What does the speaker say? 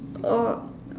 oh